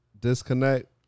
disconnect